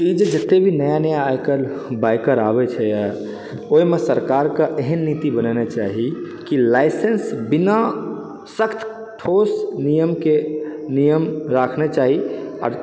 ई जे जते भी नया नया आइकाल्हि बाइकर आबै छै ओहिमे सरकारके एहन नीति बनाना चाही कि लाइसेन्स बिना सख्त ठोस नियमके नियम रखना चाही आओर